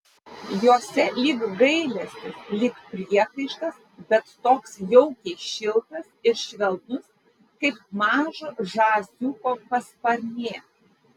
jose lyg gailestis lyg priekaištas bet toks jaukiai šiltas ir švelnus kaip mažo žąsiuko pasparnė